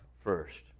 first